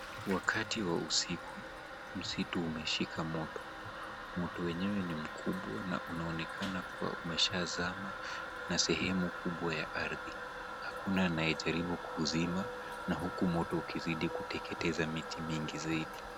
Wakati wa usiku, msitu umeshika moto. Moto wenyewe ni mkubwa na unaonekana kuwa umeshazama na sehemu kubwa ya ardhi. Hakuna anayejaribu kuuzima na huku moto ukizidi kuteketeza miti mingi zaidi.